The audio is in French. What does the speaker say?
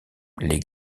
les